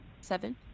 Seven